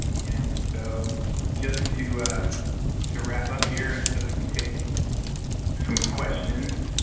and so just to to wrap up here and so we can take some questions.